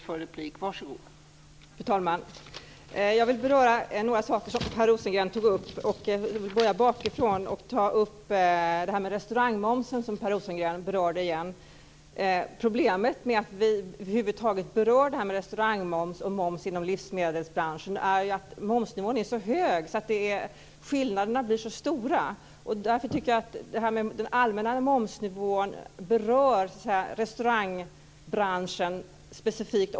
Fru talman! Jag vill beröra några saker som Per Rosengren tog upp. Jag börjar bakifrån med restaurangmomsen, som Per Rosengren berörde igen. Orsaken till att vi över huvud taget diskuterar restaurangmoms och moms inom livsmedelsbranschen är att momsnivån är så hög att skillnaderna blir så stora. Den allmänna momsnivån träffar restaurangbranschen specifikt.